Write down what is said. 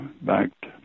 backed